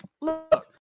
look